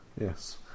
Yes